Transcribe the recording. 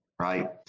right